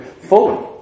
fully